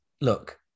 look